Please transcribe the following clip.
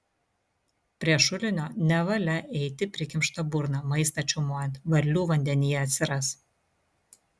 prie šulinio nevalia eiti prikimšta burna maistą čiaumojant varlių vandenyje atsiras